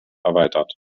erweitert